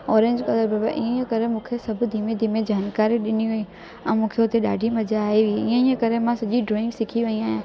orange colour भरबो आहे ईअं ईअं करे मूंखे सभु धीमे धीमे जानकारी ॾिनियूं हईं ऐं मूंखे उते ॾाढी मजा आई हुई ईअं ईअं करे मां सॼी ड्रॉइंग सिखी वई आहियां